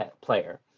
player